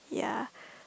ya